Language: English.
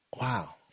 wow